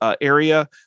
area